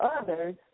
others